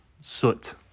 soot